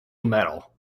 metal